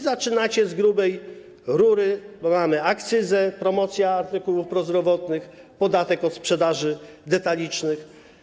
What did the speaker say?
Zaczynacie z grubej rury, bo mamy akcyzę, promocję artykułów prozdrowotnych, podatek od sprzedaży detalicznej.